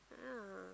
yeah